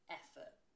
effort